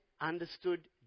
understood